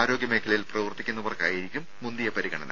ആരോഗ്യ മേഖലയിൽ പ്രവർത്തിക്കുന്നവർക്കായിരിക്കും മുന്തിയ പരിഗണന